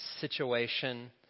situation